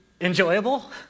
enjoyable